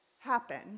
happen